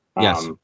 yes